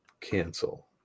cancel